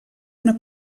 una